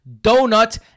donut